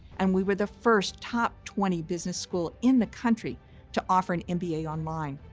and we were the first top twenty business school in the country to offer an mba online.